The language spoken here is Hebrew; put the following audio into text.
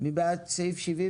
מי בעד סעיף 70?